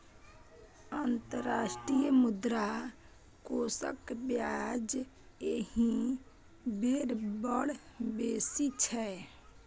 अंतर्राष्ट्रीय मुद्रा कोषक ब्याज एहि बेर बड़ बेसी छै